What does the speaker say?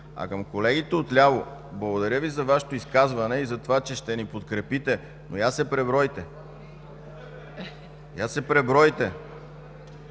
А към колегите отляво – благодаря Ви за Вашето изказване и за това, че ще ни подкрепите, но я се пребройте. (Оживление)